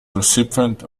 recipient